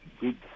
good